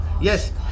Yes